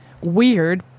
weird